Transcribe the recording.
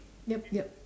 yup yup